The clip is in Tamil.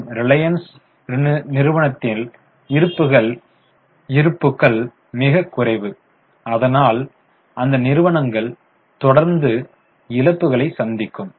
மற்றும் ரிலையன்ஸ் நிறுவனத்தில் இருப்புக்கள் மிகக் குறைவு அதானல் அந்த நிறுவனங்கள் தொடர்ந்து இழப்புகளை சந்திக்கும்